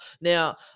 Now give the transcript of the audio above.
Now